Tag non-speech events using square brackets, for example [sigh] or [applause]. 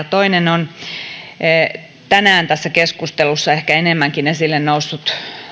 [unintelligible] toinen on tänään tässä keskustelussa ehkä enemmänkin esille noussut